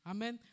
Amen